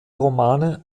romane